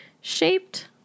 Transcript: shaped